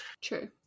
True